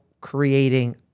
creating